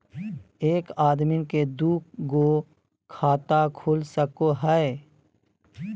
एक आदमी के दू गो खाता खुल सको है?